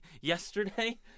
yesterday